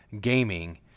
gaming